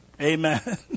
Amen